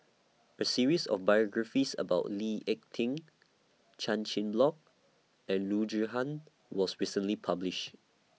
A series of biographies about Lee Ek Tieng Chan Chin Bock and Loo Zihan was recently published